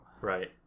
Right